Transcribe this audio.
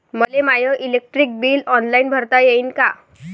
मले my electric bill online भरता येईन का?